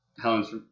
Helen's